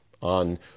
on